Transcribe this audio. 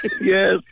yes